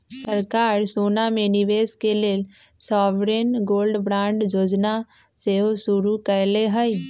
सरकार सोना में निवेश के लेल सॉवरेन गोल्ड बांड जोजना सेहो शुरु कयले हइ